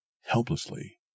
helplessly